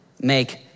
make